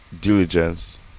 diligence